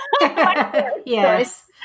Yes